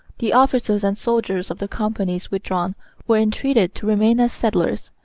the officers and soldiers of the companies withdrawn were entreated to remain as settlers,